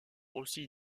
aussi